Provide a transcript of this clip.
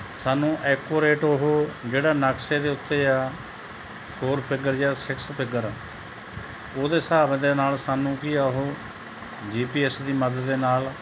ਸਾਨੂੰ ਐਕੁਰੇਟ ਉਹ ਜਿਹੜਾ ਨਕਸ਼ੇ ਦੇ ਉੱਤੇ ਆ ਫੋਰ ਫਿੱਗਰ ਜਾਂ ਸਿਕਸ ਫਿੱਗਰ ਉਹਦੇ ਹਿਸਾਬ ਦੇ ਨਾਲ ਸਾਨੂੰ ਕੀ ਆ ਉਹ ਜੀ ਪੀ ਐੱਸ ਦੀ ਮਦਦ ਦੇ ਨਾਲ